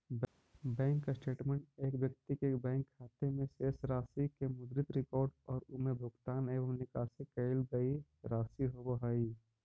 bank statement एक व्यक्ति के बैंक खाते में शेष राशि के मुद्रित रिकॉर्ड और उमें भुगतान एवं निकाशी कईल गई राशि होव हइ